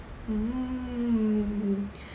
mm